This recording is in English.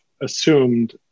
assumed